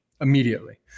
immediately